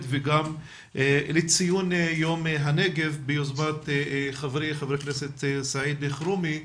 וגם לציון יום הנגב ביוזמת חברי ח"כ סעיד אלחרומי.